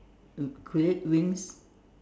create wings